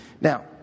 Now